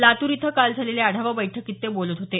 लातूर इथं काल झालेल्या आढावा बैठकीत ते बोलत होते